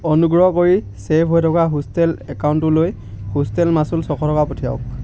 অনুগ্ৰহ কৰি ছে'ভ হৈ থকা হোষ্টেল একাউণ্টটোলৈ হোষ্টেল মাচুল ছশ টকা পঠিয়াওক